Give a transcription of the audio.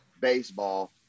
baseball